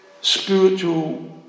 spiritual